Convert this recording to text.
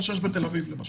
זה כמו שיש בתל אביב, למשל.